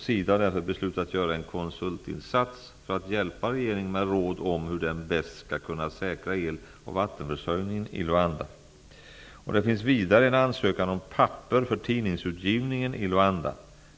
SIDA har beslutat om att göra en konsultinsats för att hjälpa regeringen med råd om hur man bäst skall kunna säkra el och vattenförsörjningen i Luanda. Det finns vidare en ansökan om papper för tidningsutgivningen i Luanda.